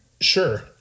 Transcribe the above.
Sure